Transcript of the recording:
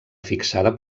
fixada